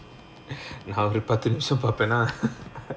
நா ஒரு பத்து நிமிஷோ பாப்பேனா:naa oru pathu nimisho paapaenaa